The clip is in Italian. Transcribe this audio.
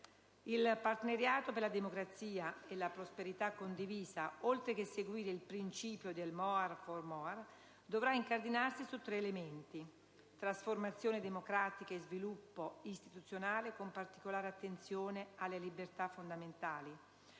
Il partenariato per la democrazia e la prosperità condivisa, oltre che seguire il principio del *more for more*, dovrà incardinarsi su tre elementi: trasformazione democratica e sviluppo istituzionale con particolare attenzione alle libertà fondamentali;